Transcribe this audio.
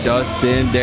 Dustin